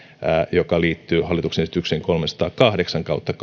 mikä liittyy hallituksen esitykseen kolmesataakahdeksan kautta